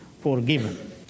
Forgiven